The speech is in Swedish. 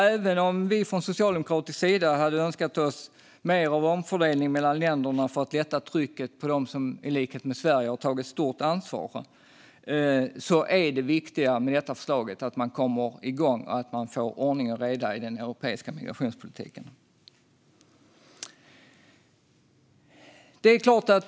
Även om vi från socialdemokratisk sida hade önskat oss mer av omfördelning mellan länderna för att lätta på trycket på dem som i likhet med Sverige har tagit ett stort ansvar är det viktiga med förslaget att man kommer igång och att man får ordning och reda i den europeiska migrationspolitiken.